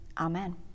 amen